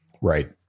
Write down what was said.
right